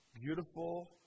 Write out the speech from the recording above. beautiful